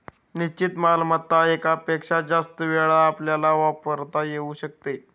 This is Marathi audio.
निश्चित मालमत्ता एकापेक्षा जास्त वेळा आपल्याला वापरता येऊ शकते